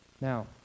Now